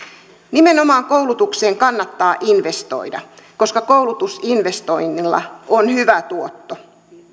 nimenomaan koulutukseen kannattaa investoida koska koulutusinvestoinnilla on hyvä tuotto